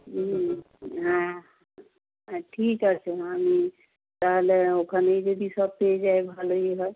হ্যাঁ ঠিক আছে আমি তাহলে ওখানেই যদি সব পেয়ে যাই ভালোই হয়